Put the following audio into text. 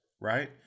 right